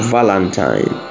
Valentine